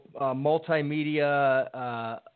multimedia